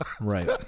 Right